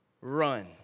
Run